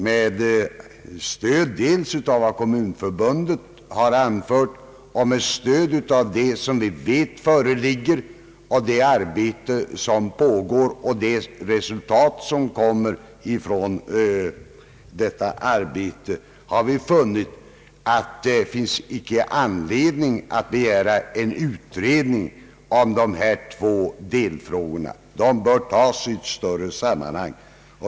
Med stöd dels av vad Kommunförbundet har anfört, dels av de rådande förhållandena och det resultat som uppnås genom det pågående arbetet har reservanterna funnit att det icke finns anledning att begära en utredning om dessa två delfrågor. De bör tas upp i ett större sammanhnag.